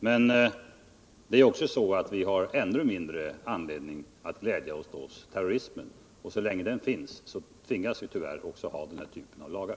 Men vi har ännu mindre anledning att glädja oss åt terrorismen, och så länge den finns tvingas vi tyvärr också ha den här typen av lagar.